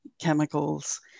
chemicals